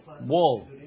wall